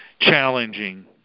challenging